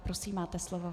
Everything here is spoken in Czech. Prosím, máte slovo.